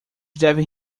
devem